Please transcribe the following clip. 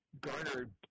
garnered